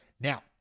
Now